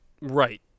Right